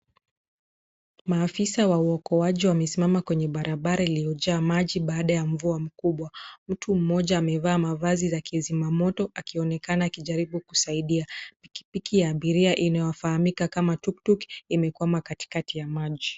Maafisa wa uokoaji wamesimama kwenye barabara iliyojaa maji baada ya mvua mkubwa. Mtu mmoja amevaa mavazi ya kizima moto akionekana akijaribu kusaidia. Pikipiki ya abiria inayofahamika kama tuktuk imekwama katikati ya maji.